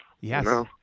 Yes